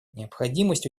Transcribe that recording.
необходимость